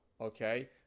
okay